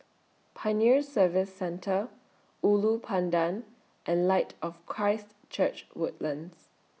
Pioneer Service Centre Ulu Pandan and Light of Christ Church Woodlands